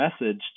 message